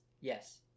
yes